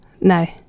No